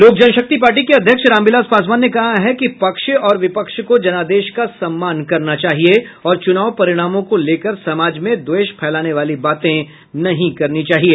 लोक जनशक्ति पार्टी के अध्यक्ष रामविलास पासवान ने कहा है कि पक्ष और विपक्ष को जनादेश का सम्मान करना चाहिए और चूनाव परिणामों को लेकर समाज में द्वेष फैलाने वाली बात नहीं करनी चाहिए